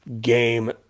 game